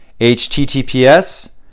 https